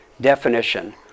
definition